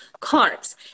carbs